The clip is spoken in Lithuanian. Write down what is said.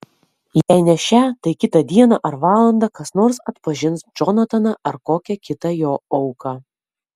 jei ne šią tai kitą dieną ar valandą kas nors atpažins džonataną ar kokią kitą jo auką